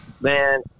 man